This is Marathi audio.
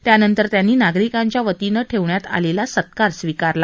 त्यानंतर त्यांनी नागरिकांच्या वतीनं ठेवण्यात आलेला सत्कार स्वीकारला